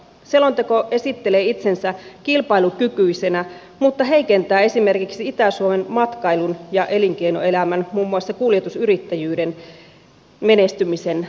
selonteko esittelee itsensä kilpailukykyisenä mutta heikentää esimerkiksi itä suomen matkailun ja elinkeinoelämän muun muassa kuljetusyrittäjyyden menestymisen edellytyksiä